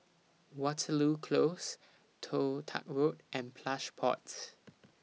Waterloo Close Toh Tuck Road and Plush Pods